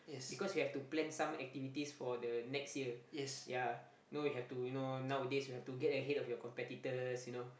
because you have to plan some activities for the next year ya no you have to you know nowadays you have to get ahead of your competitors you know